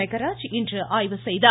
மெகராஜ் இன்று ஆய்வு செய்தார்